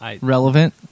relevant